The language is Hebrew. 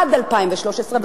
עד 2013,